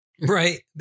Right